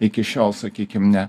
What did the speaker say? iki šiol sakykim ne